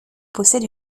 possède